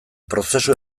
prozesu